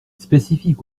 spécifique